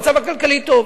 המצב הכלכלי טוב.